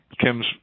Kim's